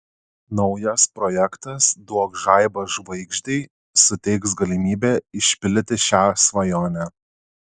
naujas projektas duok žaibą žvaigždei suteiks galimybę išpildyti šią svajonę